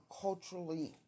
culturally